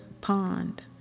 pond